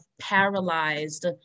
paralyzed